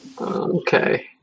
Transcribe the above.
Okay